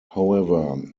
however